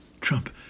Trump